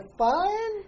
fun